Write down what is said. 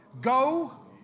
Go